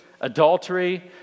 adultery